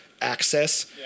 access